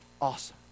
Awesome